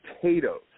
potatoes